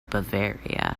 bavaria